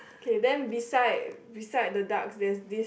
okay then beside beside the ducks there is this